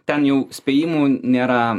ten jau spėjimų nėra